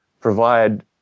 provide